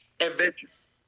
Adventures